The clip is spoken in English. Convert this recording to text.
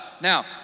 Now